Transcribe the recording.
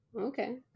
okay